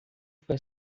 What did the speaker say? foi